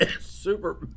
Super